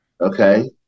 Okay